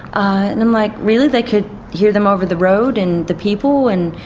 and i'm like, really? they could hear them over the road? and the people? and